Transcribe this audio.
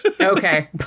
Okay